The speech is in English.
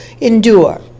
endure